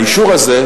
האישור הזה,